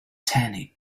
tanning